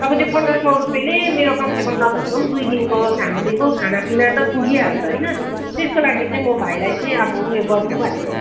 अब त्यो पन्ध्र सय रुपियाँले मेरो कमसेकम नभनेको पनि दुई दिनको फेमिलीको खानापिना त पुगिहाल्छ होइन त्यसको लागि चाहिँ म भाइलाई चाहिँ अब उयो गरौँ भनेको